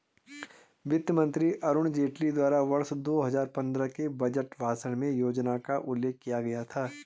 वित्त मंत्री अरुण जेटली द्वारा वर्ष दो हजार पन्द्रह के बजट भाषण में योजना का उल्लेख किया गया था